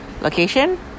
location